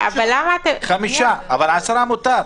10 מותר.